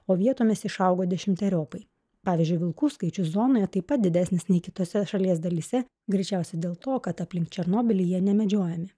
o vietomis išaugo dešimteriopai pavyzdžiui vilkų skaičius zonoje taip pat didesnis nei kitose šalies dalyse greičiausiai dėl to kad aplink černobylį jie nemedžiojami